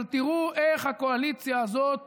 אבל תראו איך הקואליציה הזאת